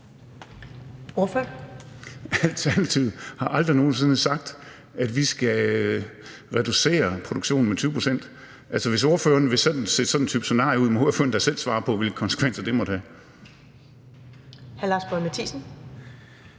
Hvis ordføreren vil sætte sådan et type scenarie op, må ordføreren da selv svare på, hvilke konsekvenser det måtte have.